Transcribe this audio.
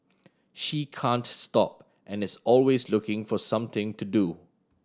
she can't stop and is always looking for something to do